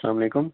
اَسلام علیکُم